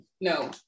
no